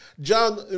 John